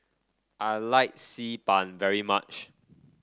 I like Xi Ban very much